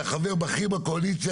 אתה חבר בכיר בקואליציה,